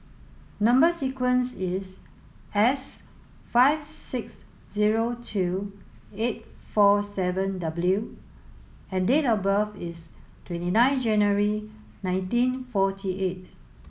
number sequence is S five six zero two eight four seven W and date of birth is twenty nine January nineteen forty eight